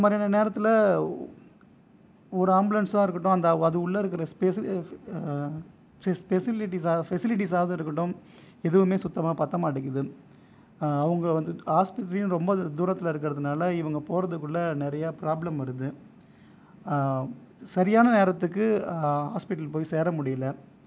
இந்த மாதிரியான நேரத்தில் ஒரு ஆம்புலன்ஸ்ஸாக இருக்கட்டும் அந்த அது உள்ளே இருக்கிற ஃபெசிலிட்டிஸ் ஃபெசிலிட்டிஸாவது இருக்கட்டும் எதுவும் சுத்தமாக பத்த மாட்டேங்குது அவங்க வந்துவிட்டு ஹாஸ்பிட்டல் ரொம்ப தூரத்தில் இருக்கிறதுனால இவங்க போறதுக்குள்ளே நிறைய ப்ராப்ளம் வருது சரியான நேரத்துக்கு ஹாஸ்பிட்டல் போய் சேர முடியலை